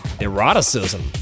eroticism